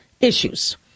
issues